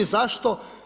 Zašto?